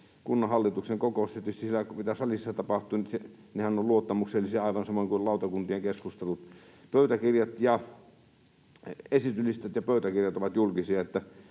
Kunnanhallituksen kokous ja tietysti se, mitä salissa tapahtuu, ovat luottamuksellisia aivan samoin kuin lautakuntien keskustelupöytäkirjat. Esityslistat ja pöytäkirjat ovat julkisia.